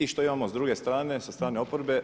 I što imamo s druge strane, sa strane oporbe?